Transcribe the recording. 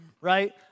right